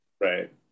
Right